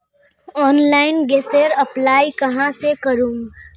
Online गैसेर apply कहाँ से करूम?